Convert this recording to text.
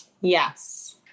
Yes